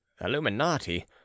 illuminati